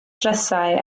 drysau